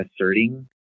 asserting